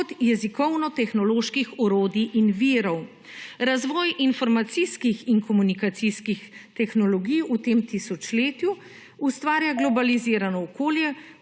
kot jezikovno tehnoloških orodij in virov. Razvoj informacijskih in komunikacijskih tehnologij v tem tisočletju ustvarja globalizirano okolje